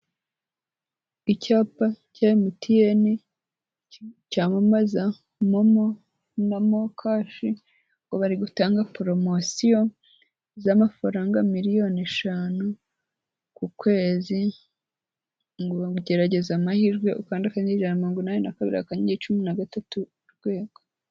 Icyapa cya MTN cyamamaza momo na mokashi ngo bari gutanga poromosiyo z'amafaranga miliyoni eshanu ku kwezi, ngo gerageza amahirwe ukande akanyenyeri ijana na mirongo inani na kabiri akanyenyeri cumi na gatatu urwego.